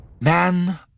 Man